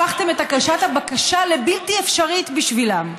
הפכתם את הגשת הבקשה לבלתי אפשרית בשבילם.